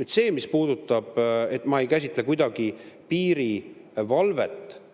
Nüüd see, mis puudutab [piirivalvet], siis ma ei käsitle kuidagi piirivalvet